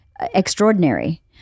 extraordinary